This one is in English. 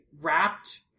wrapped